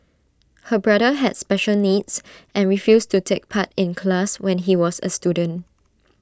her brother had special needs and refused to take part in class when he was A student